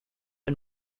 and